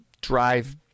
drive